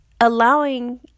allowing